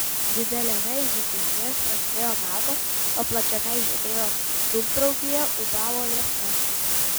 dideliame židinyje spragsėjo malkos o plačiame židinio dūmtraukyje ūbavo liepsna